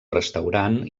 restaurant